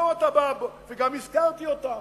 וגם השכרתי אותן.